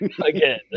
again